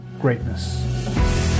greatness